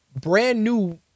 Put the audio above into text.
brand-new